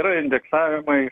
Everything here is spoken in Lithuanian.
yra indeksavimai